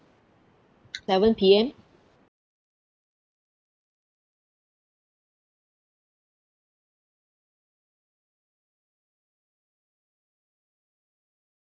seven P_M